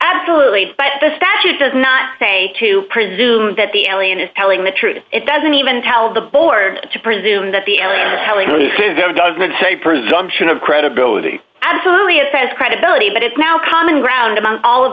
absolutely but the statute does not say to presume that the allien is telling the truth it doesn't even tell the board to presume that the that it doesn't say presumption of credibility absolutely it says credibility but it's now common ground among all of